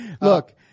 Look